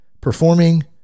performing